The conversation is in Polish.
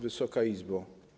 Wysoka Izbo!